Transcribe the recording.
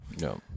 No